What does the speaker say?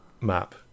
Map